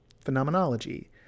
phenomenology